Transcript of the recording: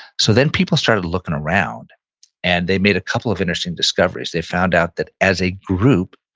so then people started looking around and they made a couple of interesting discoveries. they found out that as a group,